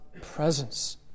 presence